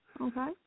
Okay